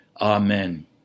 Amen